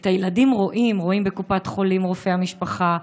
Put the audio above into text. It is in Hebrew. את הילדים רואים: רואה בקופת חולה רופא המשפחה,